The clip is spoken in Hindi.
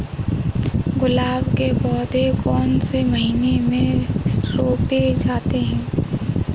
गुलाब के पौधे कौन से महीने में रोपे जाते हैं?